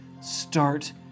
start